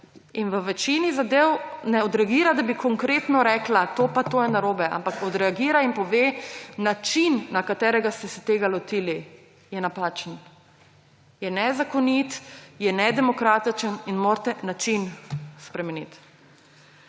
in v večini zadev ne odreagira, da bi konkretno rekla, to pa to je narobe, ampak odreagira in pove, da način, na katerega ste se tega lotili, je napačen, je nezakonit, je nedemokratičen in morate način spremeniti.